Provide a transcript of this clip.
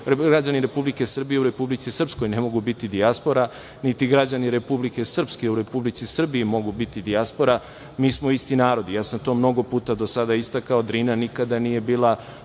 građani Republike Srbije u Republici Srpskoj ne mogu biti dijaspora, niti građani Republike Srpske u republici Srbiji mogu biti dijaspora, mi smo isti narod i ja sam to mnogo puta istakao i Drina nikada nije bila